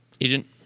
agent